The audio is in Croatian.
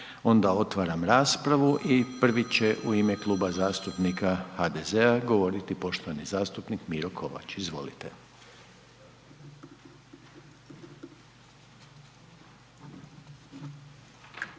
Onda otvaram raspravu i prvi će u ime Kluba zastupnika HDZ-a govoriti poštovani zastupnik Miro Kovač, izvolite.